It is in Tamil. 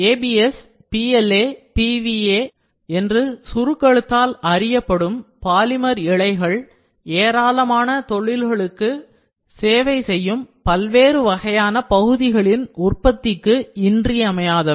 ABS PLA PVA என்று சுருக்கெழுத்தால் அறியப்படும் பாலிமர் இழைகள் ஏராளமான தொழில்களுக்கு சேவை செய்யும் பல்வேறு வகையான பகுதிகளின் உற்பத்திக்கு இன்றியமையாதவை